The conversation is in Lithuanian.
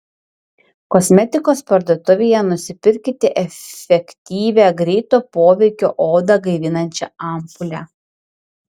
kosmetikos parduotuvėje nusipirkite efektyvią greito poveikio odą gaivinančią ampulę